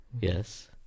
Yes